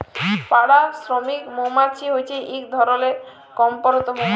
পাড়া শ্রমিক মমাছি হছে ইক ধরলের কম্মরত মমাছি